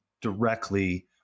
directly